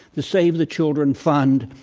the save the children fund